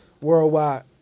Worldwide